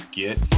get